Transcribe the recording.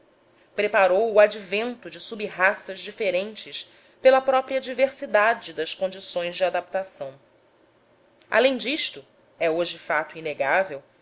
preparou o advento de sub raças diferentes pela própria diversidade das condições de adaptação além disto é hoje fato inegável